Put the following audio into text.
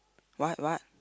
what what